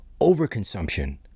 overconsumption